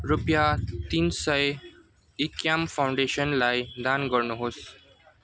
रुपियाँ तिन सय इक्याम फाउन्डेसनलाई दान गर्नुहोस्